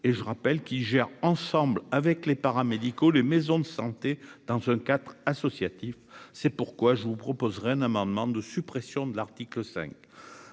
et je rappelle qu'ils gèrent ensemble avec les paramédicaux, les maisons de santé dans un 4 associatif, c'est pourquoi je vous proposerai un amendement de suppression de l'article 5.